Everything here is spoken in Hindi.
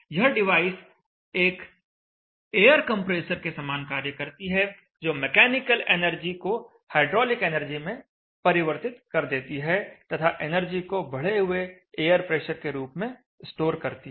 यह डिवाइस एक एयर कंप्रेसर के समान कार्य करती है जो मैकेनिकल एनर्जी को हाइड्रोलिक एनर्जी में परिवर्तित कर देती है तथा एनर्जी को बढ़े हुए एयर प्रेशर के रूप में स्टोर करती है